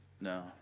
No